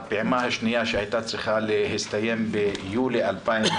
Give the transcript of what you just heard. הפעימה השנייה שהייתה צריכה להסתיים ביולי 2020,